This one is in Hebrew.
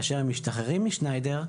כאשר הם משתחררים משניידר,